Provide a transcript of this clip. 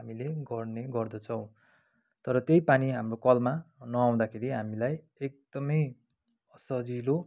हामीले गर्ने गर्दछौँ तर त्यै पानी हाम्रो कलमा नआउँदाखेरि हामीलाई एकदमै असजिलो